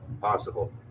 possible